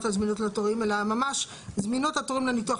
על זמינות התורים אלא ממש זמינות התורים לניתוח,